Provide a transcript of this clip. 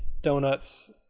donuts